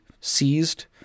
seized